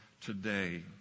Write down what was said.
today